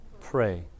pray